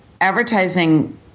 advertising